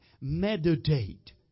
Meditate